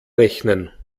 rechnen